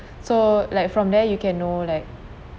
so like from there you can know like